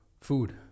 food